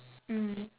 mm